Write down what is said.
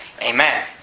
amen